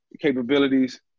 capabilities